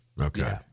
okay